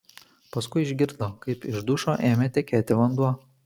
paskui išgirdo kaip iš dušo ėmė tekėti vanduo